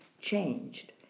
changed